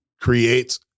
creates